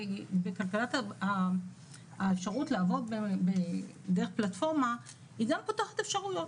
ברור שהאפשרות לעבוד דרך פלטפורמה גם פותחת אפשרויות.